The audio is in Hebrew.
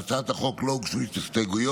להצעת החוק לא הוגשו הסתייגויות,